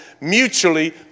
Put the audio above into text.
mutually